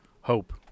Hope